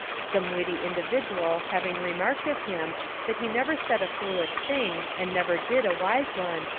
some witty individual having remarked of him that he never said a foolish thing and never did a wise one,